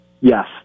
Yes